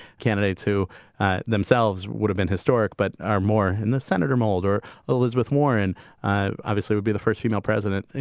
candidates who themselves would have been historic but are more in the senator mold or elizabeth warren ah obviously would be the first female president. you